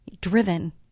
driven